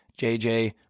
JJ